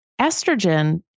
estrogen